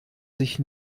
sich